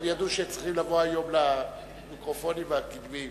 הם ידעו שהם צריכים לבוא היום למיקרופונים הקדמיים.